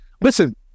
Listen